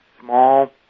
small